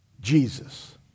Jesus